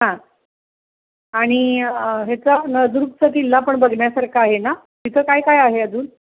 हां आणि ह्याचं नळदुर्गचा किल्ला पण बघण्यासारखा आहे ना तिथं काय काय आहे अजून